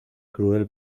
cruel